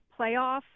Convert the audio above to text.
playoff